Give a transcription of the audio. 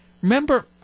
Remember